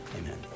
Amen